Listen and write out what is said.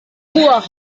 buah